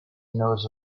knows